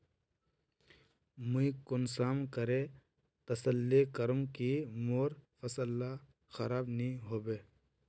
मुई कुंसम करे तसल्ली करूम की मोर फसल ला खराब नी होबे?